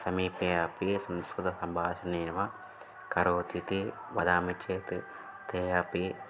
समीपे अपि संस्कृतसम्भाषणमेव करोमीति वदामि चेत् ते अपि